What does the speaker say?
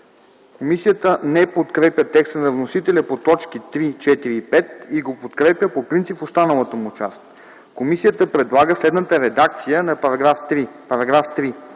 Комисията не подкрепя текста на вносителя по т. 3, 4 и 5 и го подкрепя по принцип в останалата му част. Комисията предлага следната редакция на § 3: „§ 3.